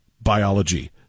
biology